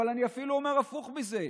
אבל אני אפילו אומר הפוך מזה: